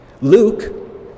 Luke